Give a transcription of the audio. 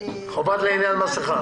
חובות לעניין מסכה.